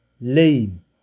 lame